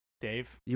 Dave